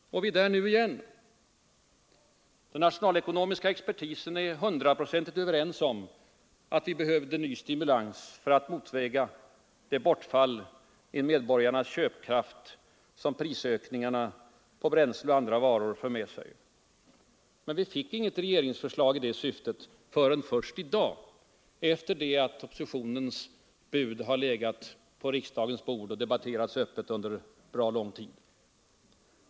Och vi är där nu igen. Den nationalekonomiska expertisen har varit hundraprocentigt enig om att vi behövde ny stimulans för att motväga det bortfall i medborgarnas köpkraft som prisökningarna på bränsle och andra varor för med sig. Men vi fick inget regeringsförslag i det syftet förrän först i dag, efter det att oppositionens bud har legat på riksdagens bord och diskuterats öppet under bra lång tid.